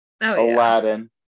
Aladdin